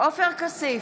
עופר כסיף,